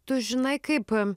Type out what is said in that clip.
tu žinai kaip